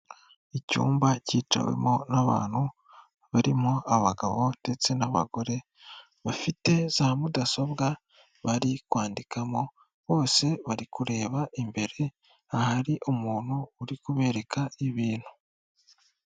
Icyumba cyicawemo n'abantu barimo abagabo ndetse n'abagore; bafite za mudasobwa bari kwandikamo; bose bari kureba imbere ahari umuntu uri kubereka ibintu.